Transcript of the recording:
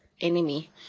enemy